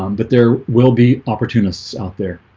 um but there will be opportunists out there